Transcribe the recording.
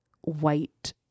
white